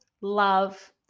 love